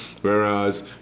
Whereas